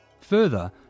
Further